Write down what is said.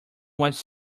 was